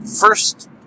first